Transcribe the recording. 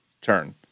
turn